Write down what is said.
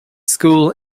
school